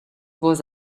was